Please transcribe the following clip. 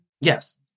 yes